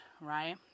right